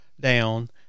down